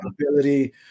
ability